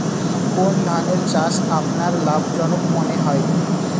কোন ধানের চাষ আপনার লাভজনক মনে হয়?